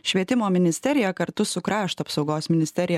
švietimo ministerija kartu su krašto apsaugos ministerija